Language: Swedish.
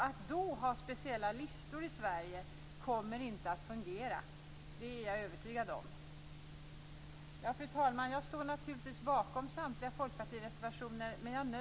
Att då ha speciella listor i Sverige kommer inte att fungera, det är jag övertygad om. Fru talman!